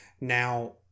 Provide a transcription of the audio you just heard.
Now